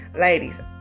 Ladies